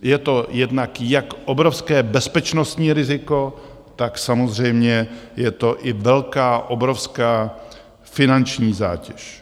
Je to jednak jak obrovské bezpečnostní riziko, tak samozřejmě je to i velká, obrovská finanční zátěž.